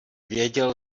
věděl